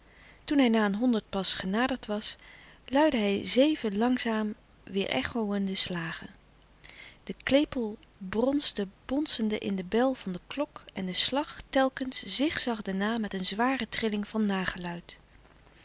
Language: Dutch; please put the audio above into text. toen hij na een honderd pas genaderd was luidde hij zeven langzame weêrechoënde slagen de klepel bronsde bonsende in de bel van de klok en de slag telkens zigzagde na met een zware trilling van nageluid